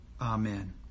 Amen